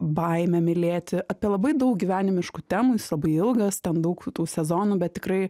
baimę mylėti apie labai daug gyvenimiškų temų jis labai ilgas ten daug tų sezonų bet tikrai